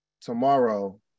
tomorrow